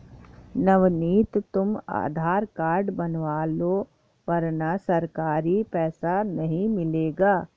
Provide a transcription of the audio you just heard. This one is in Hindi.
नवनीत तुम आधार कार्ड बनवा लो वरना सरकारी पैसा नहीं मिलेगा